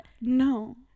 No